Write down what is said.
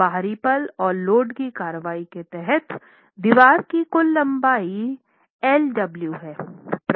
तो बाहरी पल और लोड की कार्रवाई के तहत दीवार की कुल लंबाई l w है